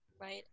right